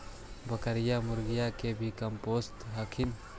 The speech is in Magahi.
बकरीया, मुर्गीया के भी कमपोसत हखिन?